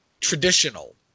traditional